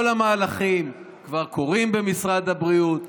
כל המהלכים כבר קורים במשרד הבריאות.